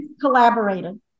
collaborated